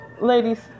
ladies